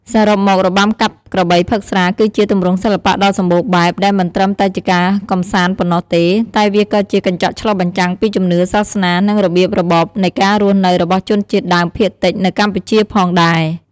សរុបមក របាំកាប់ក្របីផឹកស្រា គឺជាទម្រង់សិល្បៈដ៏សម្បូរបែប ដែលមិនត្រឹមតែជាការកម្សាន្តប៉ុណ្ណោះទេ តែវាក៏ជាកញ្ចក់ឆ្លុះបញ្ចាំងពីជំនឿ សាសនា និងរបៀបរបបនៃការរស់នៅរបស់ជនជាតិដើមភាគតិចនៅកម្ពុជាផងដែរ។